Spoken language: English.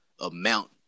amount